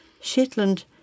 Shetland